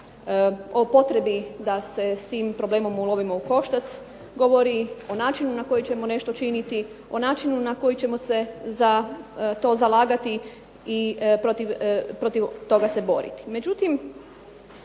o potrebi da se s tim problemom ulovimo u koštac, govori o načinu na koji ćemo nešto činiti, o načinu na koji ćemo se za to zalagati i protiv toga se boriti.